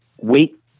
wait